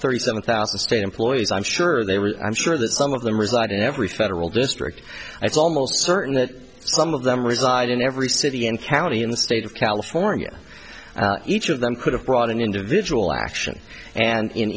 thirty seven thousand state employees i'm sure they were i'm sure that some of them reside in every federal district it's almost certain that some of them reside in every city and county in the state of california each of them could have brought in individual action and in